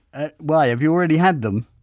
ah why, have you already had them?